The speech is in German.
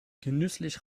genüsslich